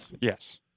Yes